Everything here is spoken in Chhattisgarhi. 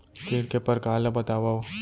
ऋण के परकार ल बतावव?